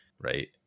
right